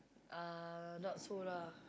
uh not so lah